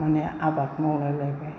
माने आबाद मावलाय लायबाय